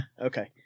okay